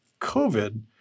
COVID